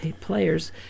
players